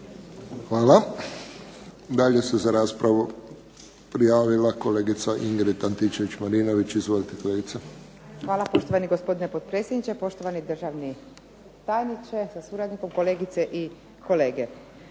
Hvala. Dalje se za raspravu prijavila kolegica Ingrid Antičević-Marinović. Izvolite kolegice. **Antičević Marinović, Ingrid (SDP)** Hvala poštovani gospodine potpredsjedniče, poštovani državni tajniče sa suradnikom, kolegice i kolege.